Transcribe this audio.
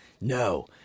no